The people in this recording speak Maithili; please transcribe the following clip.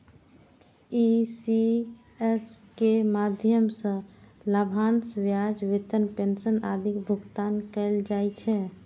ई.सी.एस के माध्यम सं लाभांश, ब्याज, वेतन, पेंशन आदिक भुगतान कैल जाइ छै